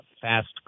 Fast